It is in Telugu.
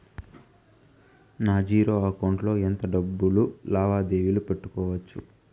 నా జీరో అకౌంట్ లో ఎంత డబ్బులు లావాదేవీలు పెట్టుకోవచ్చు?